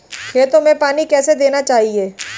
खेतों में पानी कैसे देना चाहिए?